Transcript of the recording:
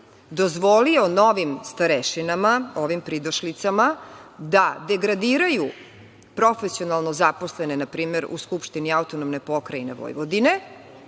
dozvolio novim starešinama, ovim pridošlicama, da degradiraju profesionalno zaposlene, npr. u Skupštini AP Vojvodine,